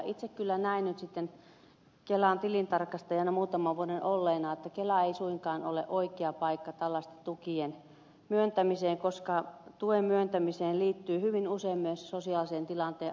itse kyllä näen nyt kelan tilintarkastajana muutaman vuoden olleena että kela ei suinkaan ole oikea paikka tällaisten tukien myöntämiseen koska tuen myöntämiseen liittyy hyvin usein myös sosiaalisen tilanteen arviointia